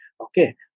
Okay